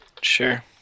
Sure